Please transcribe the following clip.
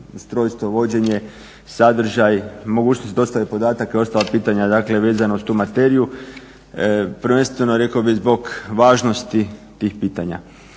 ustrojstva, vođenje, sadržaj, mogućnost dostave podataka i ostala pitanja dakle vezano uz tu materiju prvenstveno rekao bih zbog važnosti tih pitanja.